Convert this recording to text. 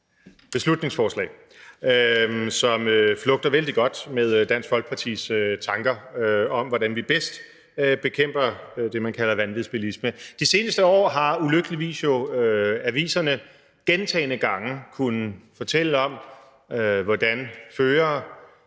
beslutningsforslag, som flugter vældig godt med Dansk Folkepartis tanker om, hvordan vi bedst bekæmper det, man kalder vanvidsbilisme. De seneste år har aviserne jo ulykkeligvis gentagne gange kunnet fortælle om, hvordan førere